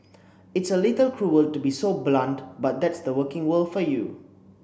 it's a little cruel to be so blunt but that's the working world for you